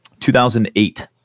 2008